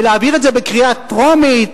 ולהעביר את זה בקריאה טרומית,